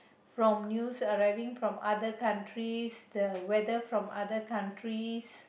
from news arriving from other countries the weather from other countries